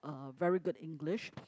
uh very good English